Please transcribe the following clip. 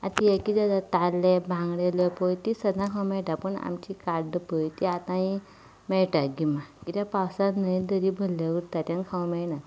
आतां हें किदें जाता ताल्ले बांगडे लेपो ती सदां खावं मेळटा पूण आमचीं काड्डां पळय तीं आतांच मेळटा गिमा कित्याक पावसांत न्हंय दर्या भरलें उरता तेन्ना खावं मेळना